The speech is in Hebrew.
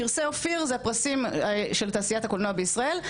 פרסי אופיר זה הפרסים של תעשיית הקולנוע בישראל.